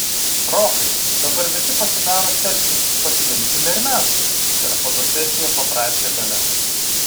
rokai dabar visi pasidaro selfius pasidarykime ir mes per fotosesiją paprašė dalia